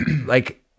like-